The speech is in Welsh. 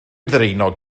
ddraenog